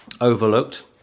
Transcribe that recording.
overlooked